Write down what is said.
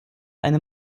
eine